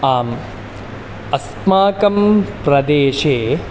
आम् अस्माकं प्रदेशे